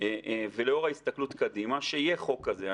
ולאור ההסתכלות קדימה, שיהיה חוק כזה.